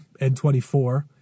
N24